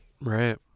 Right